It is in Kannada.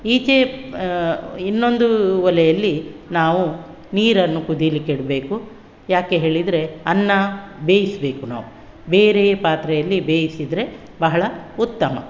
ಈಚೆ ಇನ್ನೊಂದು ಒಲೆಯಲ್ಲಿ ನಾವು ನೀರನ್ನು ಕುದೀಲಿಕ್ಕಿಡಬೇಕು ಯಾಕೆ ಹೇಳಿದರೆ ಅನ್ನ ಬೇಯಿಸಬೇಕು ನಾವು ಬೇರೆ ಪಾತ್ರೆಯಲ್ಲಿ ಬೇಯಿಸಿದರೆ ಬಹಳ ಉತ್ತಮ